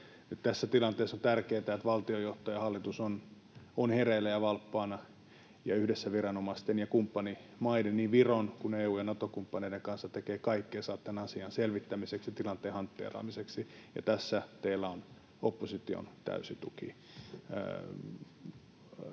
tässä tilanteessa on tärkeätä, että valtionjohto ja hallitus ovat hereillä ja valppaana ja yhdessä viranomaisten ja kumppanimaiden, niin Viron kuin EU- ja Nato-kumppaneiden, kanssa tekevät kaikkensa tämän asian selvittämiseksi ja tilanteen hantteeraamiseksi, ja tässä teillä on opposition täysi tuki.